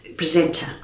presenter